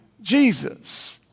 Jesus